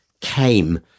came